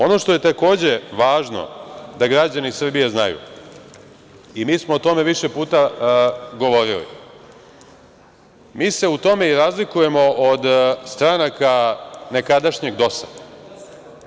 Ono što je takođe važno da građani Srbije znaju i mi smo o tome više puta govorili, mi se u tome i razlikujemo od stranaka nekadašnjeg DOS-a.